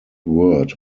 word